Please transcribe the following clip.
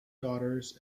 daughters